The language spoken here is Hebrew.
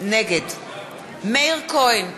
נגד מאיר כהן,